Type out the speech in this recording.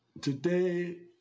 Today